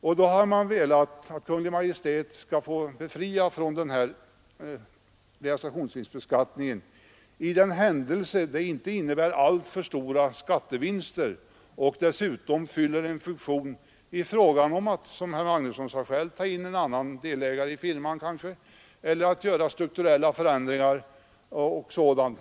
Därför har man velat att Kungl. Maj:t skall få befria från realisationsvinstbeskattning i händelse detta inte innebär alltför stora skattevinster och befrielsen dessutom fyller en funktion, t.ex. när det är fråga om, som herr Magnusson själv sade, att ta in en annan delägare i firman eller att göra strukturella förändringar.